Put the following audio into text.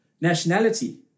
nationality